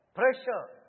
pressure